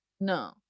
No